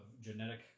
genetic